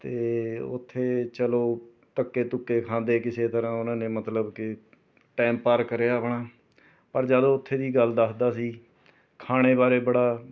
ਅਤੇ ਉੱਥੇ ਚਲੋ ਧੱਕੇ ਧੁੱਕੇ ਖਾਂਦੇ ਕਿਸੇ ਤਰ੍ਹਾਂ ਉਹਨਾਂ ਨੇ ਮਤਲਬ ਕਿ ਟਾਇਮ ਪਾਰ ਕਰਿਆ ਆਪਣਾ ਪਰ ਜਦ ਉੱਥੇ ਦੀ ਗੱਲ ਦੱਸਦਾ ਸੀ ਖਾਣੇ ਬਾਰੇ ਬੜਾ